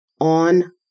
On